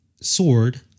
sword